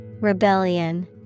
Rebellion